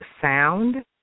sound